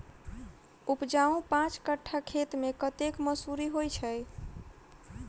उपजाउ पांच कट्ठा खेत मे कतेक मसूरी होइ छै?